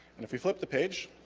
and if you flip the page